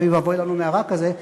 אוי ואבוי לנו מה"רק" הזה,